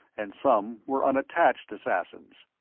and some were unattached assassins.